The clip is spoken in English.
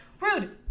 rude